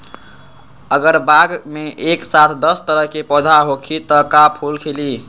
अगर बाग मे एक साथ दस तरह के पौधा होखि त का फुल खिली?